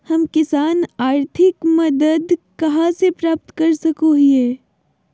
हम किसान आर्थिक मदत कहा से प्राप्त कर सको हियय?